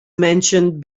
mentioned